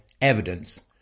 evidence